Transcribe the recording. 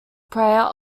prayer